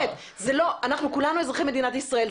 אנחנו כולנו אזרחי מדינת ישראל.